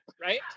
right